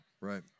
right